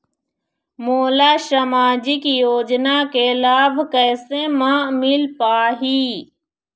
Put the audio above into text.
मोला सामाजिक योजना के लाभ कैसे म मिल पाही?